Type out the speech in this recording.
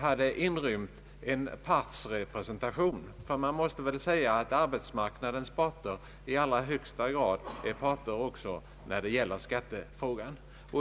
hade inrymt en partsrepresentation. Man måste väl säga att arbetsmarknadens parter i allra högsta grad är parter också när det gäller skattefrågan.